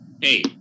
hey